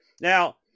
Now